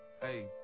Hey